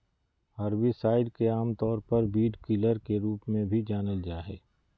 herbicides के आमतौर पर वीडकिलर के रूप में भी जानल जा हइ